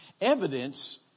Evidence